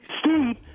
Steve